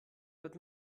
wird